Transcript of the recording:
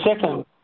second